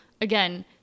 again